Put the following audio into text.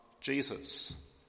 Jesus